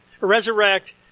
resurrect